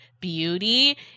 beauty